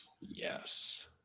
Yes